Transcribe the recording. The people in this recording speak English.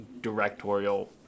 directorial